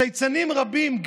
צייצנים רבים,